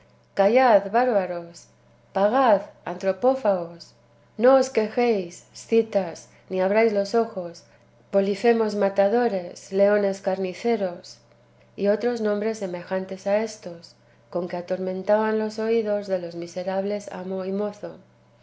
bárbaros pagad antropófagos no os quejéis scitas ni abráis los ojos polifemos matadores leones carniceros y otros nombres semejantes a éstos con que atormentaban los oídos de los miserables amo y mozo